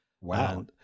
Wow